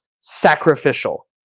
sacrificial